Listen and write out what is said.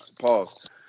pause